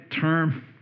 term